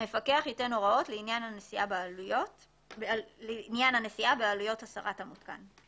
המפקח ייתן הוראות לעניין הנשיאה בעלויות הסרת המותקן".